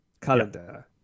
calendar